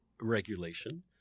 regulation